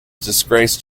disgraced